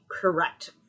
correct